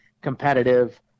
competitive